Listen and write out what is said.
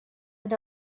and